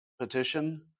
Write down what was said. petition